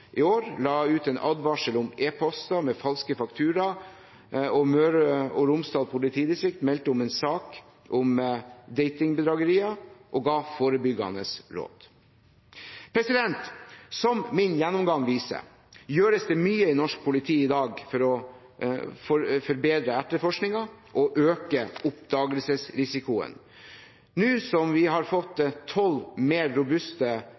i år la ut en advarsel om e-poster med falske fakturaer, og Møre og Romsdal politidistrikt meldte om en sak om datingbedragerier og ga forebyggende råd. Som min gjennomgang viser, gjøres det mye i norsk politi i dag for å forbedre etterforskningen og øke oppdagelsesrisikoen. Nå som vi har fått tolv mer robuste,